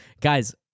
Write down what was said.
Guys